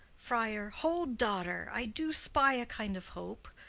friar. hold, daughter. i do spy a kind of hope,